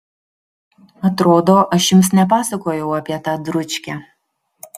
atrodo aš jums nepasakojau apie tą dručkę